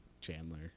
Chandler